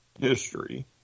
history